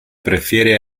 prefiere